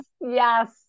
yes